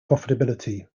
profitability